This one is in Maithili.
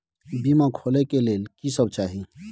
बीमा खोले के लेल की सब चाही?